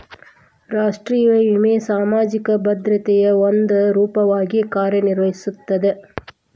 ರಾಷ್ಟ್ರೇಯ ವಿಮೆ ಸಾಮಾಜಿಕ ಭದ್ರತೆಯ ಒಂದ ರೂಪವಾಗಿ ಕಾರ್ಯನಿರ್ವಹಿಸ್ತದ